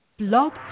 Blog